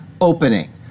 opening